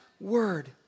word